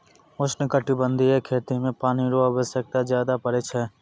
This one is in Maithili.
उष्णकटिबंधीय खेती मे पानी रो आवश्यकता ज्यादा पड़ै छै